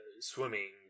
swimming